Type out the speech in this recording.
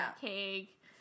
cake